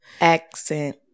accent